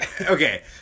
okay